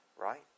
right